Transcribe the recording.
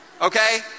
okay